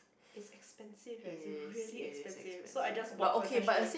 it's expensive eh it's really expensive so I just bought concession